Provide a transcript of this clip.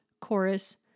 chorus